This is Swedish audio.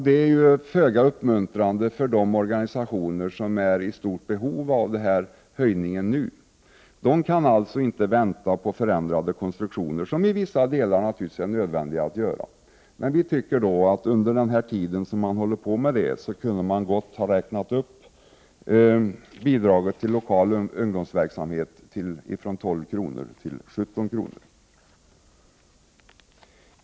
Detta är föga uppmuntrande för de organisationer som är i stort behov av höjningen nu. De kan inte vänta på förändrade konstruktioner, som i vissa delar kan vara nödvändiga att göra. Vi tycker att under den tid man håller på med utredningen kunde man gott ha räknat upp bidraget till lokal ungdomsverksamhet från 12 kr. till 17 kr.